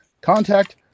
Contact